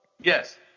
Yes